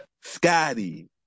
Scotty